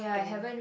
thing